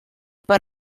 per